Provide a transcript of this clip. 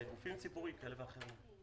לגופים ציבוריים כאלה ואחרים.